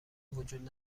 وجود